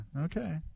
Okay